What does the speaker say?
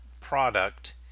product